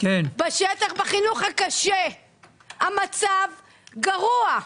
בחינוך הקשה שהמצב גרוע.